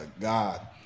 God